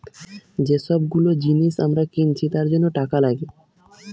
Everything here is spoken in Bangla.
যে সব গুলো জিনিস আমরা কিনছি তার জন্য টাকা লাগে